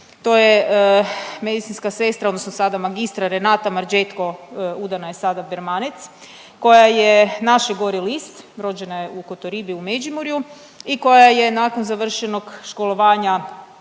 to je medicinska sestra odnosno sada magistra Renata Marđetko, udana je sada Bermanec, koja je naše gore list, rođena je u Kotoribi u Međimurju i koja je nakon završenog školovanja